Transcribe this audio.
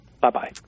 Bye-bye